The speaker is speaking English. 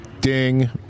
Ding